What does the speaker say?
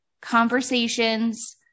conversations